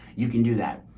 you can do that.